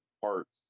parts